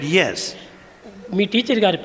yes